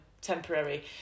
temporary